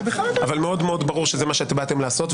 אבל מאוד ברור שזה מה שבאתם לעשות,